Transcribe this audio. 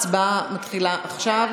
ההצבעה מתחילה עכשיו.